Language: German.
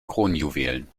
kronjuwelen